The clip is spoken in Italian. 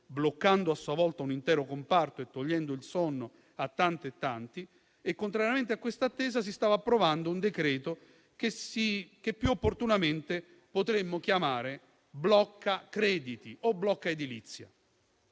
bloccando a sua volta un intero comparto e togliendo il sonno a tante e tanti, ma, contrariamente a quest'attesa, si stava approvando un decreto che più opportunamente potremmo chiamare blocca crediti o blocca edilizia.